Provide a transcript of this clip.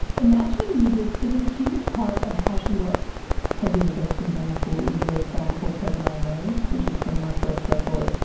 imagining music is a huge part of how she works. probably the best example is a song called heaven i know, which is from my first record,